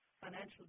financial